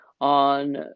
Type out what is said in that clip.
on